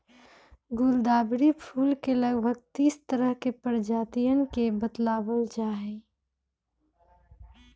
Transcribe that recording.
गुलदावरी फूल के लगभग तीस तरह के प्रजातियन के बतलावल जाहई